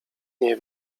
nie